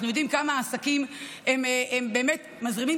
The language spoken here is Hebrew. אנחנו יודעים כמה העסקים באמת מזרימים